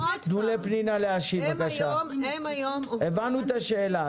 הבנו את השאלה,